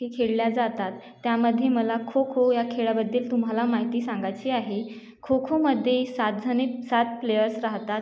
हे खेळल्या जातात त्यामध्ये मला खो खो या खेळाबद्दल तुम्हाला माहिती सांगायची आहे खो खोमध्ये सात जण सात प्लेअर्स राहतात